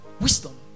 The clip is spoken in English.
Wisdom